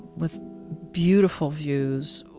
with beautiful views,